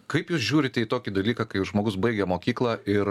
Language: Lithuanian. kaip jūs žiūrite į tokį dalyką kai žmogus baigia mokyklą ir